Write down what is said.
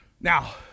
Now